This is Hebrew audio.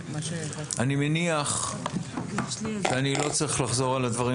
אני מניח שאני לא צריך לחזור על הדברים